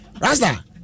Rasta